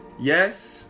Yes